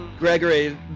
Gregory